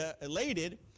Elated